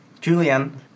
Julian